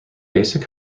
basic